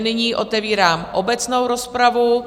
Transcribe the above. Nyní otevírám obecnou rozpravu.